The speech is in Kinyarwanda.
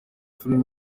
filime